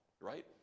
right